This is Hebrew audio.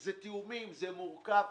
יש תיאומים, זה מורכב.